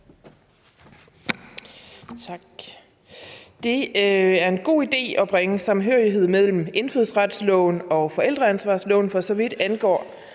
Tak. Det er en god idé at bringe samhørighed mellem indfødsretsloven og forældreansvarsloven, for så vidt angår,